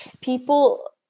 People